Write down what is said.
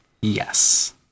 yes